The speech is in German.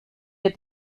der